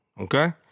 okay